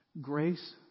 grace